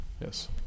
Yes